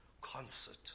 concert